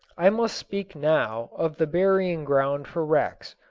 i must speak now of the burying-ground for wrecks,